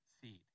seed